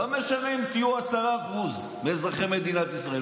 לא משנה אם תהיו 10% מאזרחי מדינת ישראל.